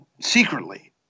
secretly